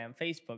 Facebook